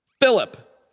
Philip